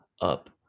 up